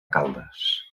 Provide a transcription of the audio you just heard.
caldes